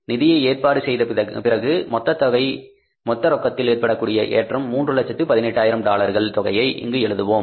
நிதியை ஏற்பாடு செய்த பிறகு மொத்த ரொக்கத்தில் ஏற்படக்கூடிய ஏற்றமான 318000 டாலர்கள் தொகையை இங்கு எழுதுவோம்